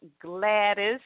Gladys